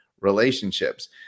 relationships